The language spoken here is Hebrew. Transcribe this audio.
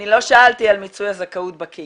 אני לא שאלתי על מיצוי הזכאות בקהילה.